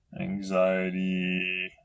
anxiety